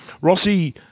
Rossi